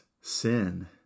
sin